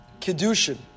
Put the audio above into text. Kedushin